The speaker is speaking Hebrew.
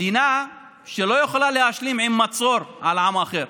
מדינה שלא יכולה להשלים עם מצור על עם אחר,